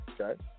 Okay